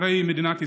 הרי היא מדינת ישראל.